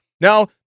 Now